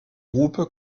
groupe